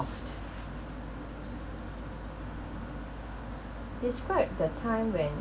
off describe the time when